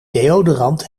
deodorant